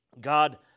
God